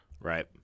Right